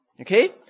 Okay